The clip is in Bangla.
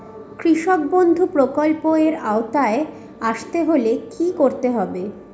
কৃষকবন্ধু প্রকল্প এর আওতায় আসতে হলে কি করতে হবে?